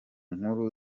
nkuru